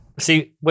See